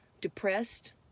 Depressed